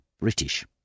British